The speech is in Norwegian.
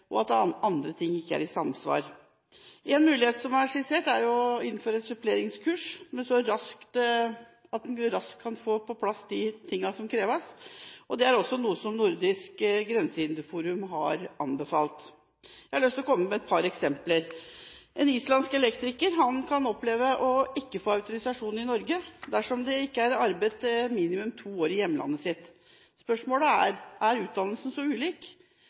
og at andre ting ikke er i samsvar. En mulighet som er skissert, er å innføre suppleringskurs, slik at en raskt kan få på plass det som kreves. Det er også noe som Nordisk grensehinderforum har anbefalt. Jeg har lyst til å komme med et par eksempler. En islandsk elektriker kan oppleve ikke å få autorisasjon i Norge, dersom han ikke har arbeidet i to år i hjemlandet sitt. Spørsmålet er: Er utdannelsen så ulik?